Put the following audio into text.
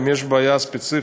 ואם יש בעיה ספציפית,